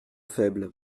faible